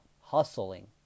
hustling